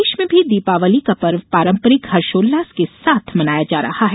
प्रदेश में भी दीपावली का पर्व पारंपरिक हर्षोल्लास के साथ मनाया जा रहा है